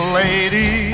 lady